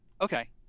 Okay